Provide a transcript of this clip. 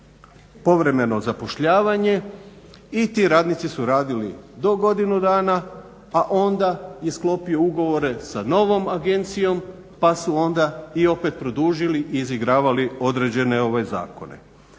povremeno zapošljavanje i tu radnici su radili do godinu dana, a onda i sklopio ugovore sa novom agencijom pa su onda i opet produžili i izigravali određene zakone.